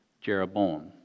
Jeroboam